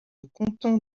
canton